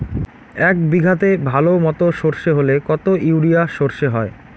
এক বিঘাতে ভালো মতো সর্ষে হলে কত ইউরিয়া সর্ষে হয়?